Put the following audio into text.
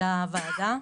לוועדה.